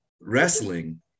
Wrestling